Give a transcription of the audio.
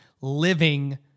living